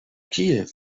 kiew